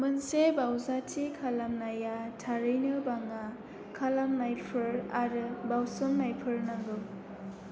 मोनसे बावजाथि खालामनाया थारैनो बाङा खालामनायफोर आरो बावसोमनायफोर नांगौ